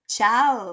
Ciao